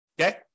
Okay